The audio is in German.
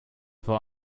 vor